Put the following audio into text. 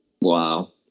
Wow